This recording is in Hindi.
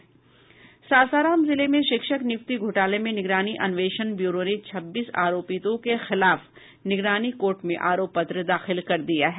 रोहतास जिले में शिक्षक नियुक्ति घोटाले में निगरानी अन्वेषण ब्यूरों ने छब्बीस आरोपितों के खिलाफ निगरानी कोर्ट में आरोप पत्र दाखिल कर दिया है